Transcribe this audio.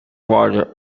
water